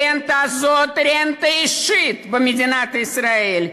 הרנטה הזאת היא רנטה אישית במדינת ישראל,